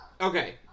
okay